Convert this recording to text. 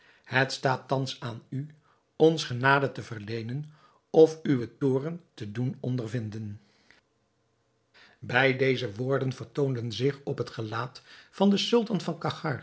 het staat thans aan u ons genade te verleenen of uwen toorn te doen ondervinden bij deze woorden vertoonde zich op het gelaat van den sultan van